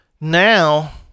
now